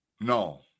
no